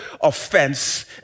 offense